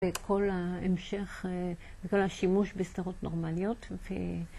בכל הvמשך, בשימוש בסדרות נורמליות.